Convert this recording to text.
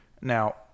Now